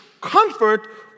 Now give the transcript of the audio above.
comfort